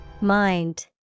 Mind